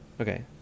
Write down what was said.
Okay